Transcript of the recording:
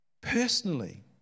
Personally